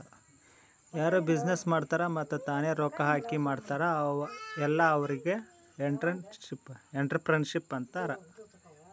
ಯಾರು ಬಿಸಿನ್ನೆಸ್ ಮಾಡ್ತಾರ್ ಮತ್ತ ತಾನೇ ರೊಕ್ಕಾ ಹಾಕಿ ಮಾಡ್ತಾರ್ ಅಲ್ಲಾ ಅವ್ರಿಗ್ ಎಂಟ್ರರ್ಪ್ರಿನರ್ಶಿಪ್ ಅಂತಾರ್